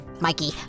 Mikey